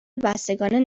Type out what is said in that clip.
بستگان